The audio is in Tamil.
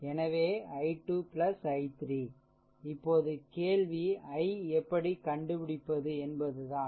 எனவே i2 i3 இப்போது கேள்வி i எப்படி கண்டுபிடிப்பது என்பதுதான்